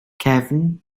cefn